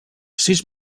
sis